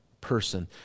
person